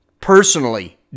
Personally